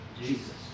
Jesus